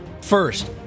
First